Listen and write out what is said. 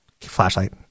flashlight